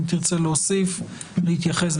אם תרצה להוסיף ולהתייחס,